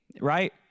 right